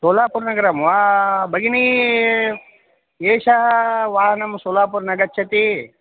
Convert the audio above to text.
सोलापुरनगरं वा भगिनि एषः वाहनं सोलापुरं न गच्छति